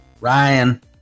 Ryan